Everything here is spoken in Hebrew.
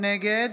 נגד